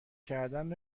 کردن